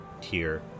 tier